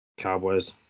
Cowboys